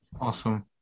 awesome